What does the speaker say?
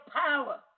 power